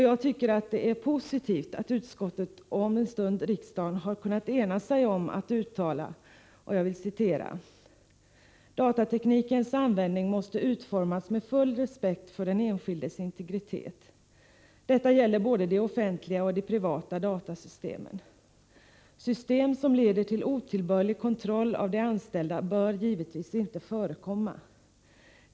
Jag tycker att det är positivt att utskottet, och om en stund riksdagen, har kunnat ena sig om att uttala följande: ”Datateknikens användning måste utformas med full respekt för den enskildes integritet. Detta gäller både de offentliga och de privata datasystemen. System som leder till otillbörlig kontroll av de anställda bör givetvis inte förekomma.